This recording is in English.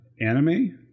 anime